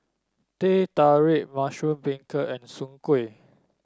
Teh Tarik Mushroom Beancurd and Soon Kuih